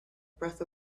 breath